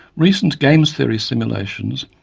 recent games theory simulations,